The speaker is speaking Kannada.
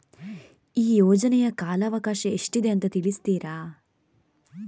ಈ ಯೋಜನೆಯ ಕಾಲವಕಾಶ ಎಷ್ಟಿದೆ ಅಂತ ತಿಳಿಸ್ತೀರಾ?